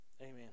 Amen